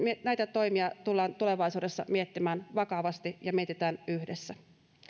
näitä toimia tullaan tulevaisuudessa miettimään vakavasti ja mietitään yhdessä